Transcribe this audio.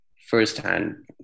firsthand